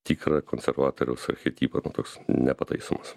tikrą konservatoriaus archetipą nu toks nepataisomas